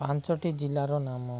ପାଞ୍ଚଟି ଜିଲ୍ଲାର ନାମ